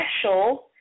special